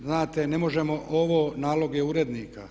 Znate ne možemo ovo nalog je urednika.